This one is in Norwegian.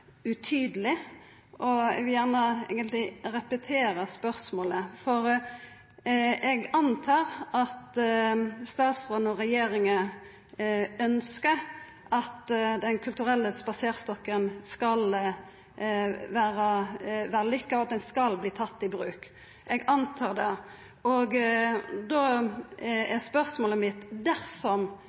utydeleg, så eg vil eigentleg gjerne repetera spørsmålet. For eg antar at statsråden og regjeringa ønskjer at Den kulturelle spaserstokken skal vera vellykka, og at ordninga skal verta tatt i bruk. Eg antar det, og då er spørsmålet mitt: Dersom